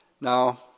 Now